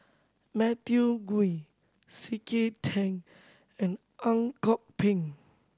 Matthew Gui C K Tang and Ang Kok Peng